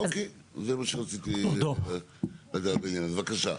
אוקיי, זה מה שרציתי לדעת בעניין הזה.